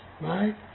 right